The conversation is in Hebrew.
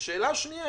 ושאלה שנייה,